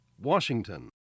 Washington